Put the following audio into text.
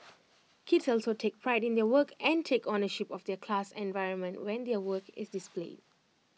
kids also take pride in their work and take ownership of their class environment when their work is displayed